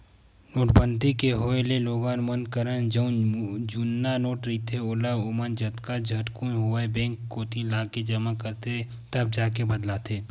नोटबंदी के होय ले लोगन मन करन जउन जुन्ना नोट रहिथे ओला ओमन जतका झटकुन होवय बेंक कोती लाके जमा करथे तब जाके बदलाथे